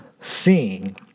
seeing